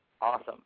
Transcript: Awesome